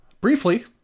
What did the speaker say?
Briefly